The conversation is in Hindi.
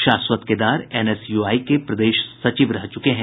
शाश्वत केदार एनएसयूआई के प्रदेश सचिव रह चुके हैं